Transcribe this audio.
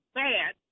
bad